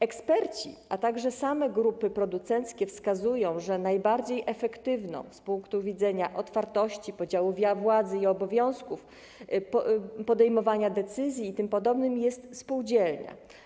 Eksperci, a także same grupy producenckie wskazują, że najbardziej efektywna z punktu widzenia otwartości, podziałów władzy i obowiązków, podejmowania decyzji itp. jest spółdzielnia.